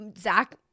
Zach